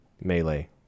Melee